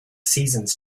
seasons